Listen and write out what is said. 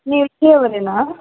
ನೀವು ಇಲ್ಲಿಯವರೇನಾ